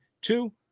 two